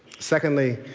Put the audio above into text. secondly,